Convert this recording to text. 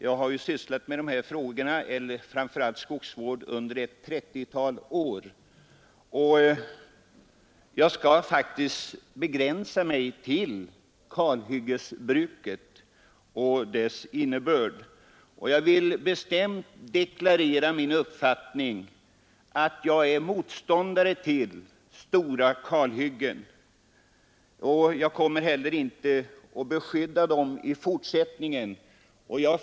Jag har sysslat med skogsvård under ett 30-tal år, men jag skall begränsa mig till att tala om kalhyggesbruket och dess innebörd. Jag vill bestämt deklarera som min uppfattning, att jag är motståndare till stora kalhyggen. Jag kommer heller inte att i fortsättningen försvara dessa.